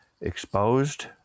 exposed